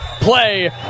play